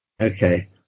Okay